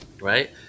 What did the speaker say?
right